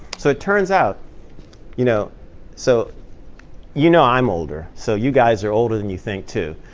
so it turns out you know so you know i'm older. so you guys are older than you think too.